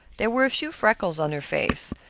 there were a few freckles on her face,